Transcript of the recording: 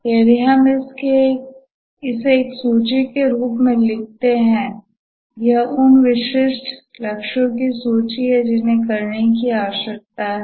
यदि हम इसे एक सूची के रूप में लिखते हैं यह उन विशिष्ट लक्ष्यों की सूची है जिन्हें करने की आवश्यकता है